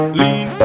lean